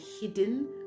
hidden